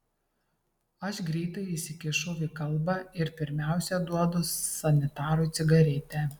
aš greitai įsikišu į kalbą ir pirmiausia duodu sanitarui cigaretę